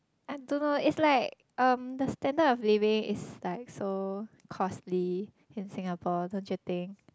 I don't know it's like um the standard of living is like so costly in Singapore don't you think